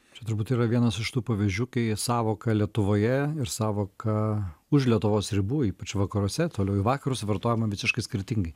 čia turbūt yra vienas iš tų pavyzdžių kai sąvoka lietuvoje ir sąvoka už lietuvos ribų ypač vakaruose toliau į vakarus vartojama visiškai skirtingai